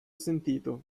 sentito